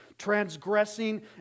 transgressing